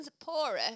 poorer